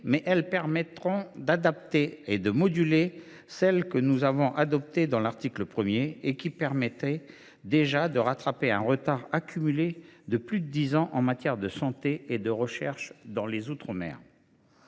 mais elles permettront d’adapter et de moduler celles que nous avions entérinées en adoptant l’article 1, qui permettaient déjà de rattraper un retard accumulé depuis plus de dix ans en matière de santé et de recherche dans les outre mer.